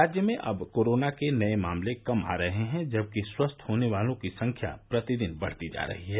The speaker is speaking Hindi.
राज्य में अब कोरोना के नये मामले कम आ रहे हैं जबकि स्वस्थ होने वालों की संख्या प्रतिदिन बढ़ती जा रही है